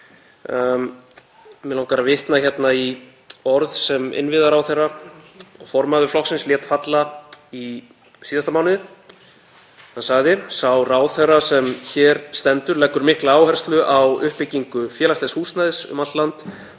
Mig langar að vitna hérna í orð sem innviðaráðherra og formaður flokksins lét falla í síðasta mánuði. Hann sagði: „Sá ráðherra er hér stendur leggur mikla áherslu á uppbyggingu félagslegs húsnæðis um allt land